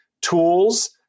tools